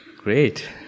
Great